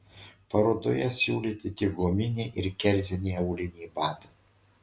parodoje siūlyti tik guminiai ir kerziniai auliniai batai